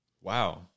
wow